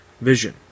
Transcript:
vision